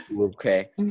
Okay